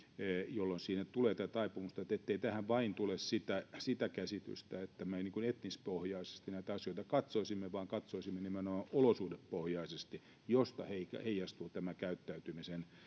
jolloin siinä tulee tätä taipumusta ettei tähän vain tule sitä käsitystä että me etnispohjaisesti näitä asioita katsoisimme vaan katsoisimme niitä nimenomaan olosuhdepohjaisesti josta heijastuu tämä käyttäytymisen